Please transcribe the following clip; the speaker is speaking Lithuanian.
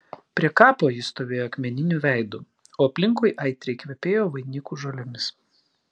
prie kapo jis stovėjo akmeniniu veidu o aplinkui aitriai kvepėjo vainikų žolėmis